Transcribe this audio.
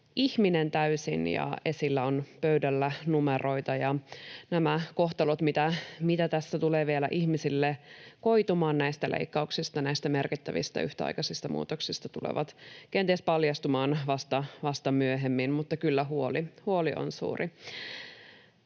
ihminen täysin ja esillä on pöydällä numeroita. Nämä kohtalot, mitä tässä tulee vielä ihmisille koitumaan näistä leikkauksista, näistä merkittävistä yhtäaikaisista muutoksista, tulevat kenties paljastumaan vasta myöhemmin, mutta kyllä huoli on suuri.